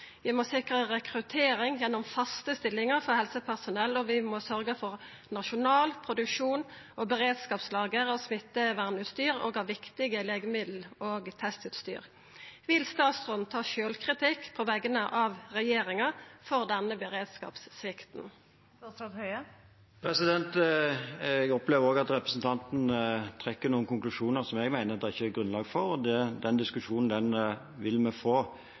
Vi må sikra rekruttering gjennom faste stillingar for helsepersonell, og vi må sørgja for nasjonal produksjon og beredskapslager av smittevernutstyr og av viktige legemiddel og testutstyr. Vil statsråden ta sjølvkritikk på vegner av regjeringa for denne beredskapssvikten? Jeg opplever at representanten trekker noen konklusjoner som jeg mener det ikke er grunnlag for. Den diskusjonen vil vi få.